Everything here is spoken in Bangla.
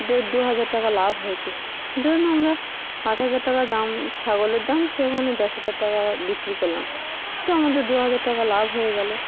দেড় দু হাজার টাকা লাভ হয়েছে ধরুন আমরা আট হাজার টাকা দাম ছাগলের দাম সেখানে দশ হাজার টাকা বিক্রি করলাম তো আমাদের দু হাজার টাকা লাভ হয়ে গেলো